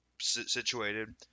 situated